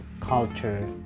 culture